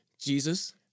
Jesus